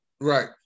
Right